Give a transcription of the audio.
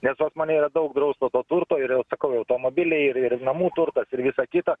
nes pas mane yra daug drausto to turto ir jau sakau automobiliai ir namų turtas ir visa kita